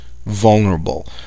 vulnerable